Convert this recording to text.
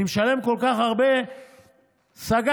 אני משלם כל כך הרבה, סגרתי,